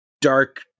dark